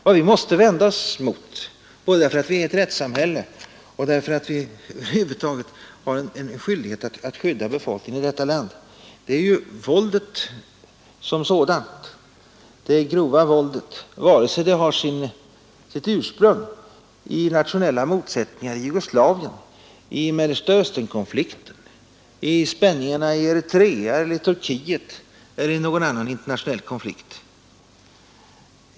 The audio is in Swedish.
Vad vi måste vända oss emot — därför att emot, men vi får inte slå skyldighet att skydda befolkningen i vårt land — är våldet som sådant, det grova våldet vare sig det har sitt ursprung i nationella motsättningar i Jugoslavien, i Mellersta Östern-konflikten, i spänningarna i Eritrea eller Turkiet eller i någon annan internationell konflikt.